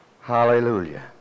Hallelujah